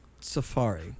Safari